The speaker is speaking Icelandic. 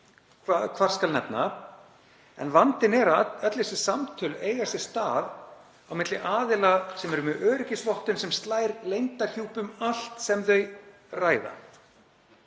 hvaðeina. Vandinn er sá að öll þessi samtöl eiga sér stað milli aðila sem eru með öryggisvottun sem slær leyndarhjúpi um allt sem þeir ræða.